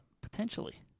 Potentially